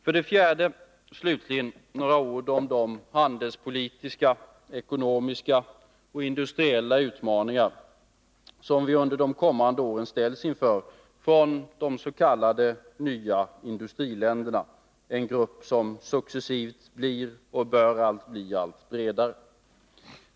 För det fjärde, slutligen, några ord om de handelspolitiska, ekonomiska och industriella utmaningar som vi under de kommande åren ställs inför från de s.k. nya industriländerna, en grupp som successivt blir och bör bli allt bredare.